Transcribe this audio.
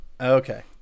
okay